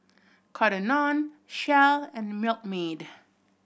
Cotton On Shell and Milkmaid